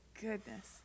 Goodness